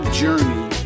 journey